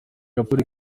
raporo